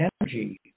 energy